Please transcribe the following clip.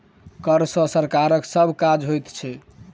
कर सॅ सरकारक सभ काज होइत छै